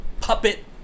puppet